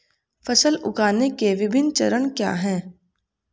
फसल उगाने के विभिन्न चरण क्या हैं?